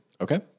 Okay